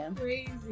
crazy